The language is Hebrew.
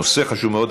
נושא חשוב מאוד.